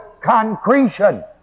concretion